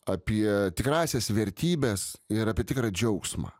apie tikrąsias vertybes ir apie tikrą džiaugsmą